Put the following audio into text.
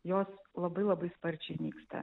jos labai labai sparčiai nyksta